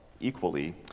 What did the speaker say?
equally